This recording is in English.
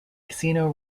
casino